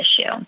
issue